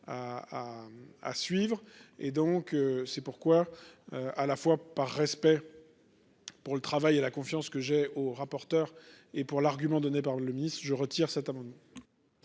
À suivre. Et donc c'est pourquoi. À la fois par respect. Pour le travail et la confiance que j'ai au rapporteur et pour l'argument donné par le ministre, je retire cet amendement.